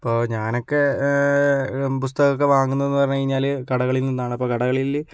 ഇപ്പോൾ ഞാനൊക്കെ പുസ്തകമൊക്കെ വാങ്ങുന്നത് എന്ന് പറഞ്ഞു കഴിഞ്ഞാൽ കടകളിൽ നിന്നാണ് അപ്പോൾ കടകളിൽ